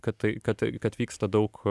kad tai kad kad vyksta daug